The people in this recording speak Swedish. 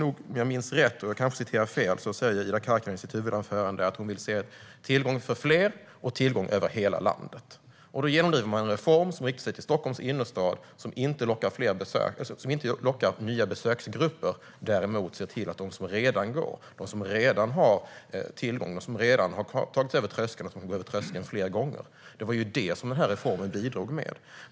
Om jag minns rätt - kanske citerar jag fel - säger Ida Karkiainen i sitt huvudanförande att hon vill se tillgång för fler och tillgång över hela landet. Då genomdriver man en reform som riktar sig till Stockholms innerstad och inte lockar nya besöksgrupper utan bara ser till att de som redan går, som redan har tillgång och har tagit sig över tröskeln, gör det fler gånger. Det var ju det denna reform bidrog med.